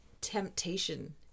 temptation